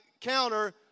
counter